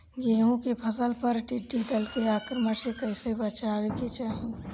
गेहुँ के फसल पर टिड्डी दल के आक्रमण से कईसे बचावे के चाही?